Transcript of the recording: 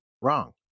wrong